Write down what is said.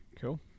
cool